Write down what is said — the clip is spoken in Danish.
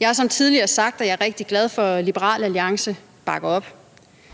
Jeg har tidligere sagt, at jeg er rigtig glad for, at Liberal Alliance bakker op,